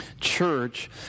church